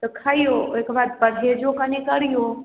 तऽ खाइयौ ओइके बाद परहेजो कनी करियौ